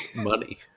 money